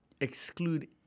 exclude